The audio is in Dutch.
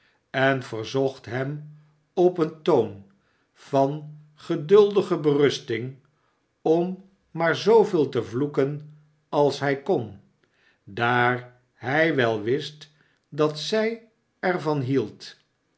en verzocht hem op een toon van geduldige berusting om maar zooveel te vloeken als hij kon daar hij wel wist dat zij er van hield